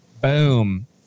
Boom